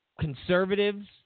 conservatives